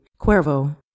Cuervo